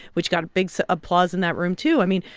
which got big so applause in that room too. i mean,